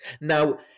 Now